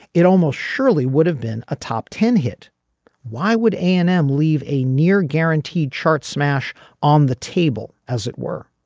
it almost surely would have been a top ten hit why would an m leave a near guaranteed chart smash on the table as it were.